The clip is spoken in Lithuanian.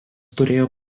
turėjo